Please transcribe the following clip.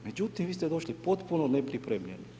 Međutim, vi ste došli potpuno nepripremljeni.